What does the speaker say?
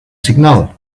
signal